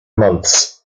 months